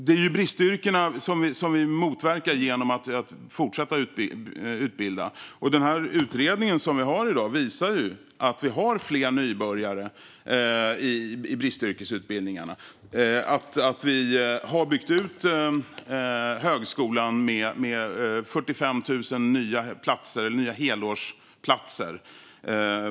Det är bristyrkena som vi motverkar genom att fortsätta att utbilda, och den utredning som vi har i dag visar att vi har fler nybörjare i bristyrkesutbildningarna och att vi har byggt ut högskolan motsvarande 45 000 nya helårsplatser.